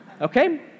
Okay